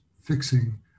fixing